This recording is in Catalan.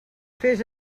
fes